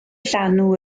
llanw